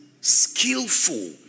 skillful